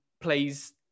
plays